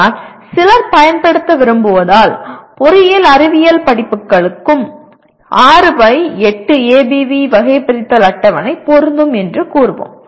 ஆனால் சிலர் பயன்படுத்த விரும்புவதால் பொறியியல் அறிவியல் படிப்புகளுக்கும் 6 பை 8 ஏபிவி வகைபிரித்தல் அட்டவணை பொருந்தும் என்று கூறுவோம்